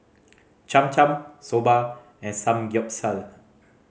Cham Cham Soba and Samgeyopsal